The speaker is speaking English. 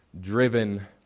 driven